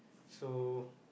so